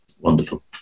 Wonderful